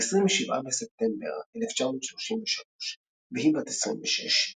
ב-27 בספטמבר 1933, והיא בת 26,